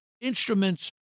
instruments